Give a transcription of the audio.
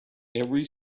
every